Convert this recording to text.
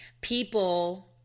People